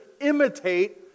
imitate